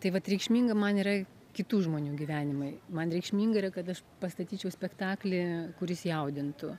tai vat reikšminga man yra kitų žmonių gyvenimai man reikšminga yra kad aš pastatyčiau spektaklį kuris jaudintų